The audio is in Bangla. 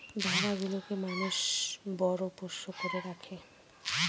ভেড়া গুলোকে মানুষ বড় পোষ্য করে রাখে